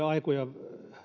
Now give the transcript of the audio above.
aikoja